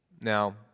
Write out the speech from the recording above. Now